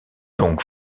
donc